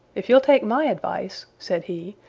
if you'll take my advice, said he,